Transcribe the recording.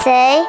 Say